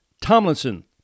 Tomlinson